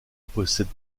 possède